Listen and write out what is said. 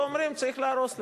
ואומרים: צריך להרוס לך.